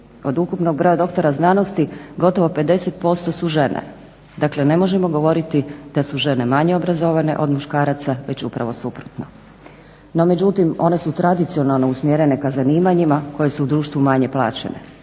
od ukupnog broja doktora znanosti gotovo 50% su žene. Dakle ne možemo govoriti da su žene manje obrazovane od muškaraca, već upravo suprotno. No međutim, one su tradicionalno usmjerene ka zanimanjima koja su u društvu manje plaćene